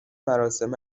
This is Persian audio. مراسم